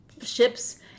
ships